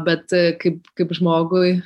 bet kaip kaip žmogui